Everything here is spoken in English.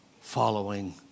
following